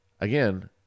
again